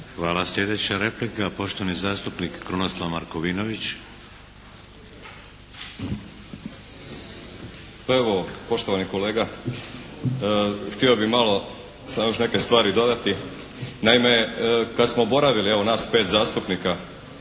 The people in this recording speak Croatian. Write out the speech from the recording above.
Hvala. Sljedeća replika, poštovani zastupnik Krunoslav Markovinović. **Markovinović, Krunoslav (HDZ)** Pa evo poštovani kolega. Htio bih malo sa, još neke stvari dodati. Naime, kad smo boravili evo nas 5 zastupnika